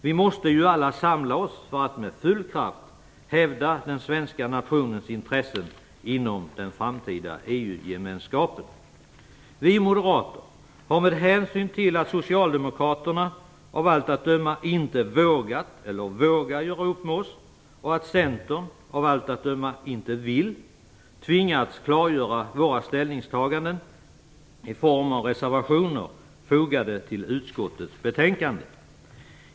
Vi måste alla samla oss för att med full kraft hävda den svenska nationens intressen inom den framtida EU gemenskapen. Vi moderater har med hänsyn till att socialdemokraterna av allt att döma inte vågat eller vågar göra upp med oss och att Centern av allt att döma inte vill detta tvingats klargöra våra ställningstaganden i form av reservationer fogade till utskottets betänkande.